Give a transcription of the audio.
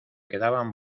quedaban